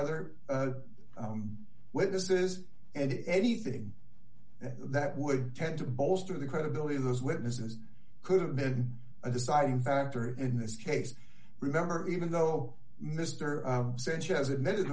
other witnesses and anything that would tend to bolster the credibility of those witnesses could have been a deciding factor in this case remember even though mr sanchez admitted